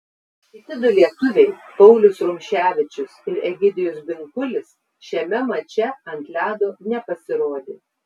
kiti du lietuviai paulius rumševičius ir egidijus binkulis šiame mače ant ledo nepasirodė